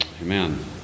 Amen